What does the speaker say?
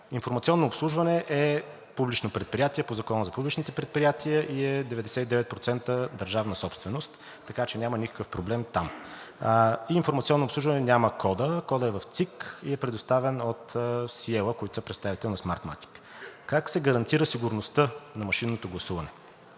„Информационно обслужване“ е публично предприятие по Закона за публичните предприятия и е 99% държавна собственост, така че няма никакъв проблем там. И „Информационно обслужване“ няма кода, кодът е в ЦИК и е предоставен от „Сиела“, които са представител на „Смартматик“. Как се гарантира сигурността на машинното гласуване?